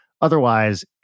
Otherwise